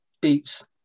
beats